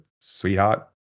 sweetheart